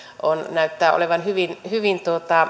näyttää olevan hyvin hyvin